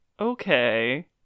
okay